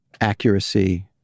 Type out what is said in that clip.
accuracy